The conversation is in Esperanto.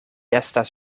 estas